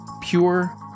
Pure